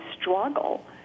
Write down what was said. struggle